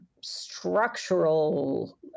structural